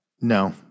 No